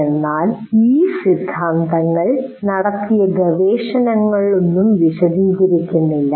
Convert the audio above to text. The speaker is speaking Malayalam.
ഞങ്ങൾ എല്ലാ സിദ്ധാന്തങ്ങളും നടത്തിയ ഗവേഷണങ്ങളും വിശദീകരിക്കുന്നില്ല